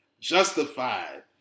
Justified